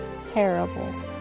terrible